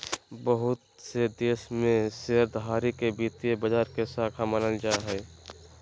बहुत से देश में शेयरधारी के वित्तीय बाजार के शाख मानल जा हय